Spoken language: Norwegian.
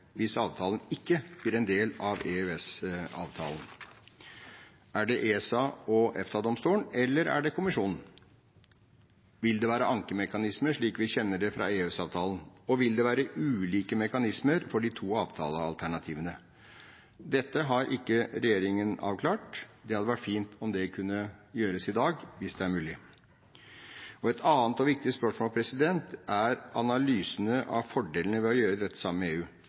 hvis avtalen ikke blir en del av EØS-avtalen? Er det ESA og EFTA-domstolen, eller er det kommisjonen? Vil det være ankemekanismer, slik vi kjenner det fra EØS-avtalen? Og vil det være ulike mekanismer for de to avtalealternativene? Dette har ikke regjeringen avklart. Det hadde vært fint om det kunne gjøres i dag, hvis det er mulig. Et annet og viktig spørsmål gjelder analysene av fordelen ved å gjøre dette sammen med EU,